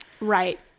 Right